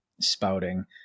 spouting